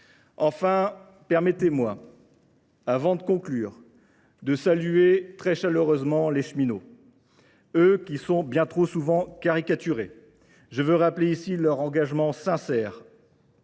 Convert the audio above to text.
Enfin, permettez-moi, avant de conclure, de saluer très chaleureusement les cheminots, eux qui sont bien trop souvent caricaturés. Je veux rappeler ici leur engagement sincère.